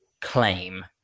claim